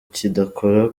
kidakora